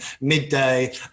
midday